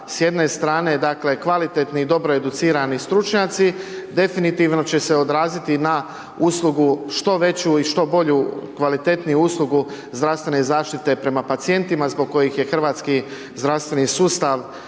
s jedne strane dakle kvalitetni i dobro educirani stručnjaci definitivno će se odraziti na uslugu što veći i što bolju kvalitetniju uslugu zdravstvene zaštite prema pacijentima, zbog kojih je hrvatski zdravstveni sustav